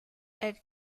elle